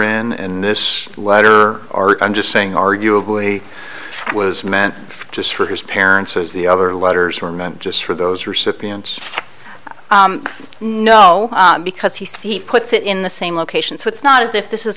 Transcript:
her in this letter or i'm just saying arguably it was meant just for his parents as the other letters were meant just for those recipients no because he puts it in the same location so it's not as if this is